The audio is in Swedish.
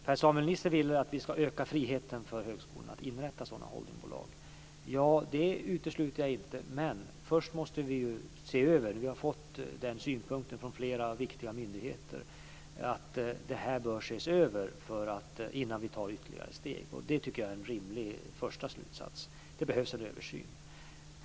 Per-Samuel Nisser vill att vi ska öka friheten för högskolorna att inrätta sådana holdingbolag. Det utesluter jag inte, men vi måste se över detta innan vi tar ytterligare steg. Vi har fått den synpunkten från flera viktiga myndigheter. Det tycker jag är en rimlig första slutsats. Det behövs en översyn.